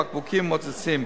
בקבוקים ומוצצים.